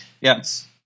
Yes